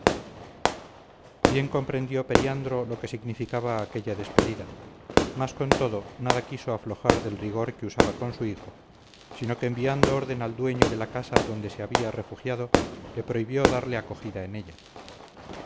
bien comprendió periandro lo que significaba aquella despedida mas con todo nada quiso aflojar del rigor que usaba con su hijo sino que enviando orden al dueño de la casa donde se había refugiado le prohibió darle acogida en ella